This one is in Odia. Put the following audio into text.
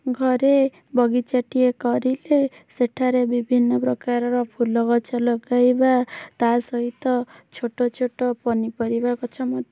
ଘରେ ବଗିଚାଟିଏ କରିଲେ ସେଠାରେ ବିଭିନ୍ନପ୍ରକାରର ଫୁଲଗଛ ଲଗାଇବା ତା' ସହିତ ଛୋଟ ଛୋଟ ପନିପରିବା ଗଛ ମଧ୍ୟ